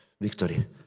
victory